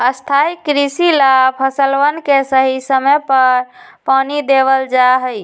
स्थाई कृषि ला फसलवन के सही समय पर पानी देवल जा हई